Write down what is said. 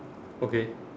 okay